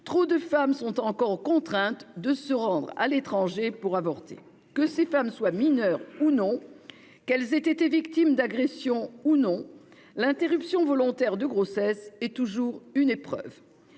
Trop de femmes sont encore contraintes de se rendre à l'étranger pour avorter. Que ces femmes soient mineures ou non, qu'elles aient été victimes d'agression ou non, l'interruption volontaire de grossesse est toujours une épreuve.